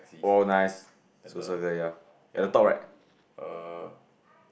seas at the ya err